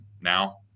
now